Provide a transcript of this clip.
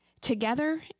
Together